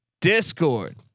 Discord